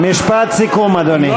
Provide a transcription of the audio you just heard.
משפט סיכום, אדוני.